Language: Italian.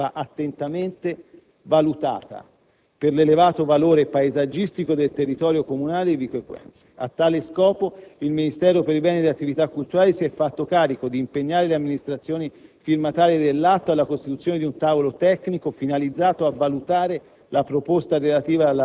La nuova localizzazione non è contemplata nell'accordo del 19 luglio 2007. Ovviamente la stessa va attentamente valutata per l'elevato valore paesaggistico del territorio comunale di Vico Equense. A tale scopo il Ministero per i beni e le attività culturali si è fatto carico di impegnare le Amministrazioni